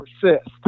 persist